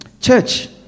Church